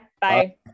Bye